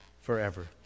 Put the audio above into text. forever